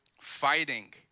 fighting